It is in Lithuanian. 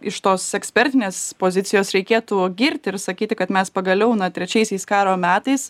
iš tos ekspertinės pozicijos reikėtų girti ir sakyti kad mes pagaliau na trečiaisiais karo metais